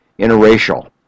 interracial